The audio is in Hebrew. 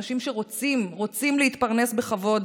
אנשים שרוצים להתפרנס בכבוד,